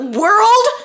world